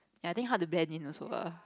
ya I think hard to blend in also lah